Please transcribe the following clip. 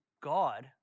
God